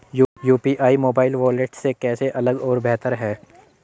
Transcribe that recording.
UPI mobile wallet से कैसे अलग और बेहतर है?